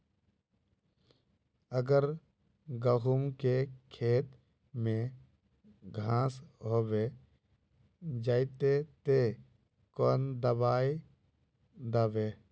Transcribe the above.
अगर गहुम के खेत में घांस होबे जयते ते कौन दबाई दबे?